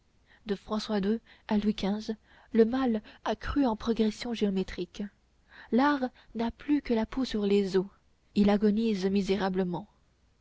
de françois ii à louis xv le mal a crû en progression géométrique l'art n'a plus que la peau sur les os il agonise misérablement